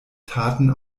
taten